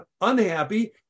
unhappy